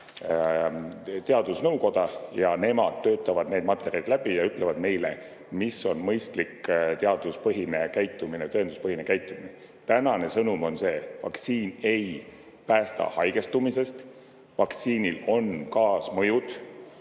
teadusnõukoda. Nemad töötavad need materjalid läbi ja ütlevad meile, mis on mõistlik teaduspõhine käitumine, tõenduspõhine käitumine. Tänane sõnum on see: vaktsiin ei päästa haigestumisest, vaktsiinil on kaasmõjud.